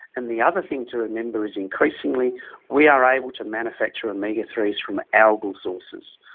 and the other thing to remember is increasingly we are able to manufacture omega three s from algal sources,